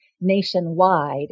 nationwide